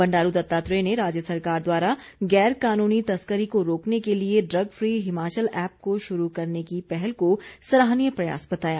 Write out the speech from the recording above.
बंडारू दत्तात्रेय ने राज्य सरकार द्वारा गैर कानूनी तस्करी को रोकने के लिए ड्रग फी हिमाचल ऐप को शुरू करने की पहल को सराहनीय प्रयास बताया